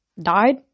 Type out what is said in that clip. died